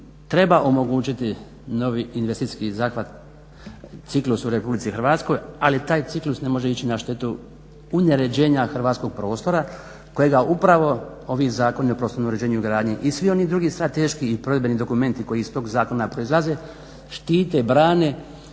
Treba omogućiti investicijski zahvat ciklus u RH ali tak ciklus ne može ići na štetu uneređenja hrvatskog prostora kojega upravo ovi zakoni o prostornom uređenju i gradnji i svi oni drugi strateški i provedbeni dokumenti koji iz tog zakona proizlaze štite, brane